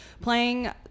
playing